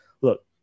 look